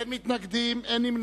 67, אין מתנגדים, אין נמנעים.